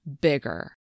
bigger